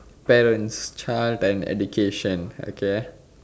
parents child and education okay